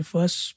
First